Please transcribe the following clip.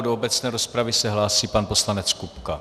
Do obecné rozpravy se hlásí pan poslanec Kupka.